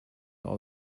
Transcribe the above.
all